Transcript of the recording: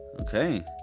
Okay